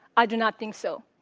i do not think so.